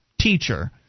teacher